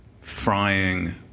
frying